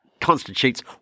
constitutes